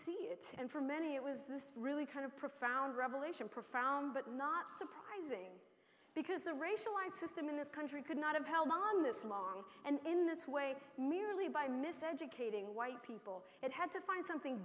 see it and for many it was this really kind of profound revelation profound but not surprising because the racialized system in this country could not have held on this long and in this way merely by miss educating white people it had to find something